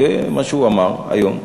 זה מה שהוא אמר היום,